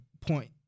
point